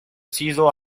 sido